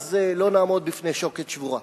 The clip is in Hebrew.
ואז לא נעמוד בפני שוקת שבורה.